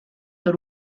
per